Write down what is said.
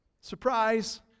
surprise